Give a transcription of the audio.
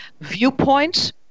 viewpoints